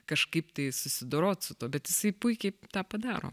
kažkaip tai susidorot su tuo bet jisai puikiai tą padaro